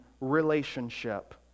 relationship